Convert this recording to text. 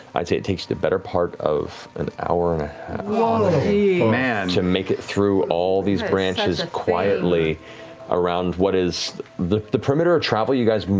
i'd say it takes the better part of an hour and a half to make it through all these branches quietly around what is the the perimeter of travel, you guys,